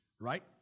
Right